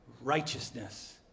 righteousness